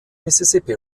mississippi